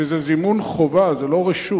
וזה זימון חובה, זה לא רשות.